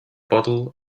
bottle